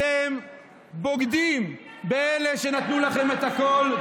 אתם בוגדים באלה שנתנו לכם את הכול.